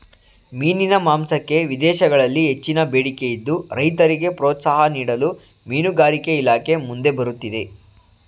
ಮೀನಿನ ಮಾಂಸಕ್ಕೆ ವಿದೇಶಗಳಲ್ಲಿ ಹೆಚ್ಚಿನ ಬೇಡಿಕೆ ಇದ್ದು, ರೈತರಿಗೆ ಪ್ರೋತ್ಸಾಹ ನೀಡಲು ಮೀನುಗಾರಿಕೆ ಇಲಾಖೆ ಮುಂದೆ ಬರುತ್ತಿದೆ